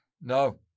No